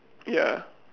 ya